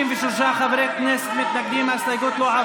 ההסתייגות (9)